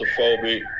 claustrophobic